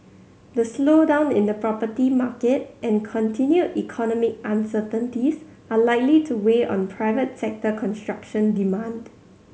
the slowdown in the property market and continued economic uncertainties are likely to weigh on private sector construction demand